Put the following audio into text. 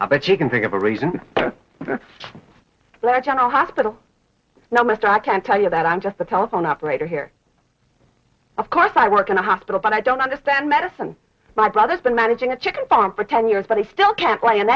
i bet you can think of a reason why general hospital now must i can tell you that i'm just a telephone operator here of course i work in a hospital but i don't understand medicine my brother's been managing a chicken farm for ten years but he still can't play